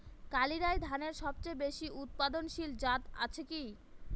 কালিরাই ধানের সবচেয়ে বেশি উৎপাদনশীল জাত আছে কি?